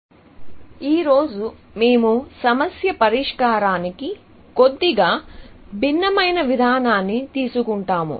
goal ట్రీస్తో సమస్యను విచ్ఛిన్నం చేయడం ఈ రోజు మేము సమస్య పరిష్కారానికి కొద్దిగా భిన్నమైన విధానాన్ని తీసుకుంటాము